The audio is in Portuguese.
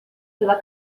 pela